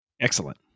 Excellent